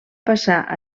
passar